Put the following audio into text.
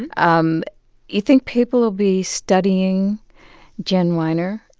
and um you think people will be studying jen weiner